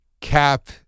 Cap